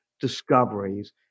discoveries